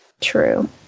true